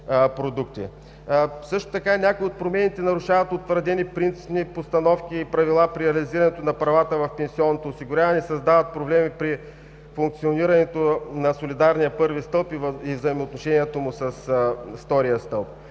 продукти. Някои от промените нарушават утвърдени принципни постановки и правила при реализирането на правата в пенсионното осигуряване и създават проблеми при функционирането на солидарния първи стълб и взаимоотношението му с втория стълб.